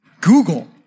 Google